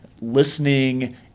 listening